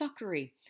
fuckery